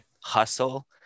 hustle